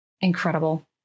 Incredible